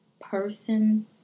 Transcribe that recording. person